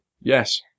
Yes